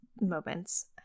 moments